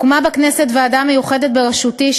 הוקמה בכנסת ועדה מיוחדת בראשותי,